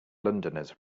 londoners